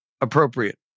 appropriate